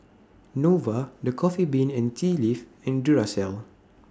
Nova The Coffee Bean and Tea Leaf and Duracell